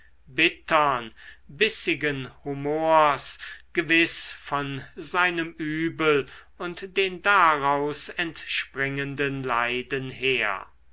bittern bissigen humors gewiß von seinem übel und den daraus entspringenden leiden her